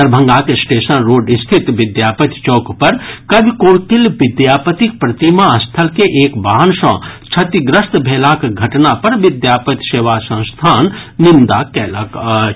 दरभंगाक station road स्थित विद्यापति चौक पर कवि कोकिल विद्यापतिक प्रतिमा स्थल के एक वाहन सँ क्षतिग्रस्त भेलाक घटना पर विद्यापति सेवा संस्थान निंदा कयलक अछि